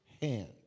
hand